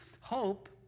hope